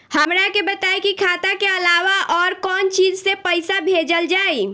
हमरा के बताई की खाता के अलावा और कौन चीज से पइसा भेजल जाई?